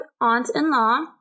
aunt-in-law